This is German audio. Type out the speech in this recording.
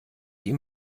ihm